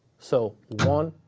so one-and,